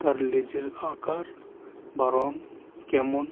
তার লেজের আঁকার বা রং কেমন